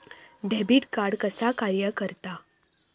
Debit card कसा कार्य करता?